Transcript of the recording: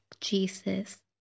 Jesus